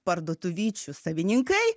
parduotuvyčių savininkai